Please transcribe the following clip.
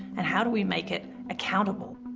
and how do we make it accountable?